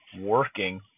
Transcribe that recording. working